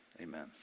amen